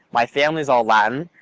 my family's all latin,